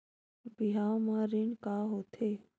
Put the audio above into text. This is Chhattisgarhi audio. बिहाव म ऋण का होथे?